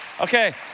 okay